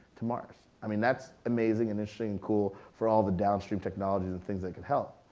to mars. i mean that's amazing, and interesting and cool for all the downstream technology and things that can help,